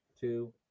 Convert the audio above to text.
two